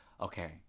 okay